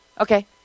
okay